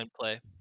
play